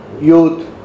youth